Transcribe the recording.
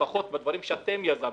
לפחות בדברים שאתם יזמתם,